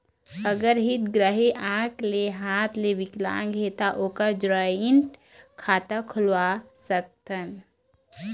अगर हितग्राही आंख ले हाथ ले विकलांग हे ता ओकर जॉइंट खाता खुलवा सकथन?